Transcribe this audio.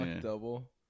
double